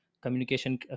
Communication